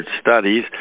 studies